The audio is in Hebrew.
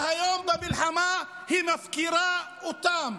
והיום במלחמה היא מפקירה אותם.